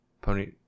Pony